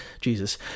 jesus